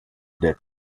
death